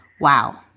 wow